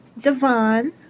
Devon